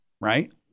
Right